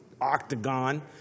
octagon